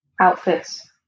outfits